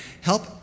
Help